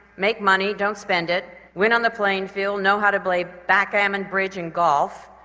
make money, don't spend it, win on the playing field, know how to play backgammon, bridge and golf,